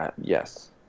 Yes